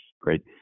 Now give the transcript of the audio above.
Great